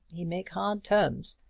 he make hard terms.